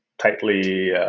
tightly